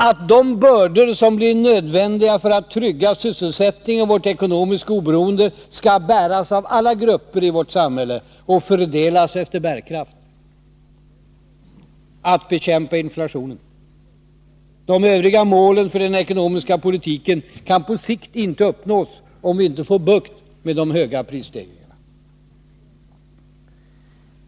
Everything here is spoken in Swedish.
att de bördor som blir nödvändiga för att trygga sysselsättningen och vårt ekonomiska oberoende skall bäras av alla grupper i samhället och fördelas efter bärkraft. att bekämpa inflationen. De övriga målen för den ekonomiska politiken kan på sikt inte uppnås, om vi inte får bukt med de höga prisstegringarna.